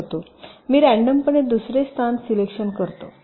मी रँडमपणे दुसरे स्थान सिलेक्शन करतो